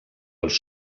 els